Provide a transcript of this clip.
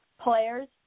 players